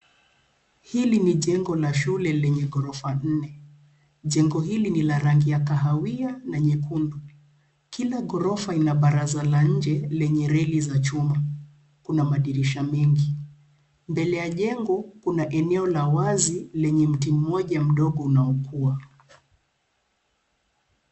Hili ni jengo la shule lenye ghorofa nne. Jengo hili ni la rangi ya kahawia na nyekundu. Kila ghorofa ina baraza la nje lenye reli za chuma. Kuna madirisha mengi. Mbele ya jengo, kuna eneo la wazi lenye mti mmoja mdogo unaokua.